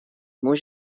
meus